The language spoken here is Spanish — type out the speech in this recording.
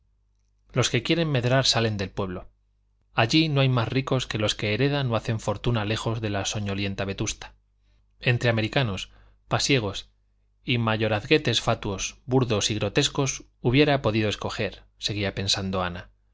los que quieren medrar salen del pueblo allí no hay más ricos que los que heredan o hacen fortuna lejos de la soñolienta vetusta entre americanos pasiegos y mayorazguetes fatuos burdos y grotescos hubiera podido escoger seguía pensando ana